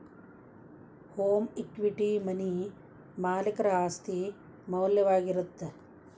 home equity money ಮಾಲೇಕರ ಆಸ್ತಿ ಮೌಲ್ಯವಾಗಿರತ್ತ